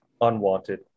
unwanted